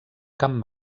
camp